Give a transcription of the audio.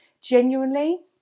genuinely